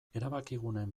erabakiguneen